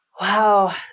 wow